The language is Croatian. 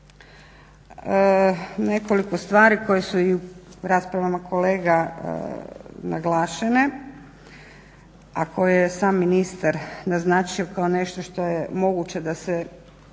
nekoliko stvari koje su i u raspravama kolega naglašene, a koje je sam ministar naznačio kao nešto što je moguće da se